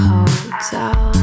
Hotel